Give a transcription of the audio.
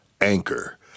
Anchor